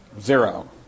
Zero